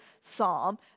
psalm